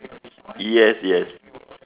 yes yes